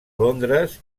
londres